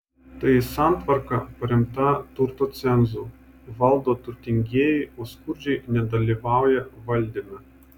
tai santvarka paremta turto cenzu valdo turtingieji o skurdžiai nedalyvauja valdyme